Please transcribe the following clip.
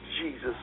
Jesus